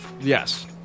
Yes